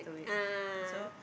ah